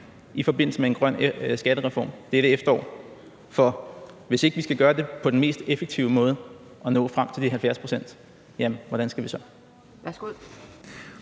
i forbindelse med en grøn skattereform dette efterår, for hvis ikke vi skal gøre det på den mest effektive måde for at nå frem til de 70 pct., hvordan skal vi så